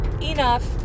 enough